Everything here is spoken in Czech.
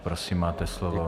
Prosím, máte slovo.